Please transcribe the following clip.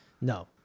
no